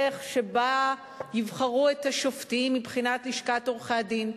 שבה יבחרו את השופטים מבחינת לשכת עורכי-הדין,